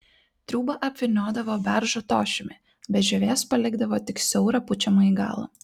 triūbą apvyniodavo beržo tošimi be žievės palikdavo tik siaurą pučiamąjį galą